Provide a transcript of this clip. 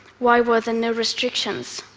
why were there no restrictions?